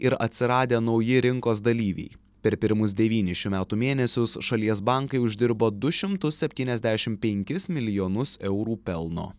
ir atsiradę nauji rinkos dalyviai per pirmus devynis šių metų mėnesius šalies bankai uždirbo du šimtus septyniasdešim penkis milijonus eurų pelno